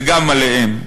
וגם עליהם,